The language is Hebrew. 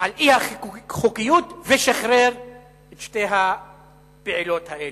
על אי-החוקיות ושחרר את שתי הפעילות האלה.